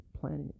planet